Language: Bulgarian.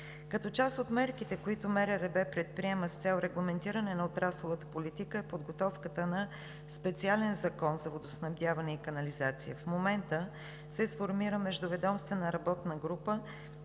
Като част от мерките, които МРРБ предприема с цел регламентиране на отрасловата политика, е подготовката на специален закон във водоснабдяване и канализация. В момента се сформира междуведомствена работна група,